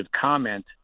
comment